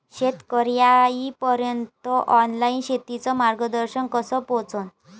शेतकर्याइपर्यंत ऑनलाईन शेतीचं मार्गदर्शन कस पोहोचन?